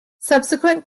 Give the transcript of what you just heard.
subsequent